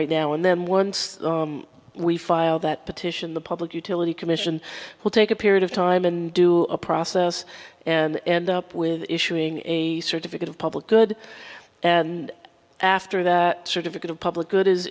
right now and then once we file that petition the public utility commission will take a period of time and do a process and end up with issuing a certificate of public good and after that certificate of public good is